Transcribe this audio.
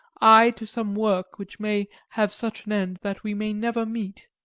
i to some work which may have such an end that we may never meet.